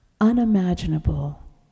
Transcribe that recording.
unimaginable